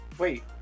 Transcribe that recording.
Wait